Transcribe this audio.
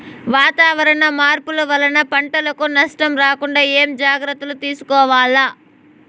వాతావరణ మార్పులు వలన పంటలకు నష్టం రాకుండా ఏమేం జాగ్రత్తలు తీసుకోవల్ల?